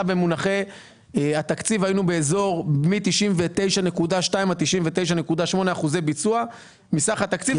היינו בין 99.2% ל-99.8% כל שנה בביצוע מסך התקציב.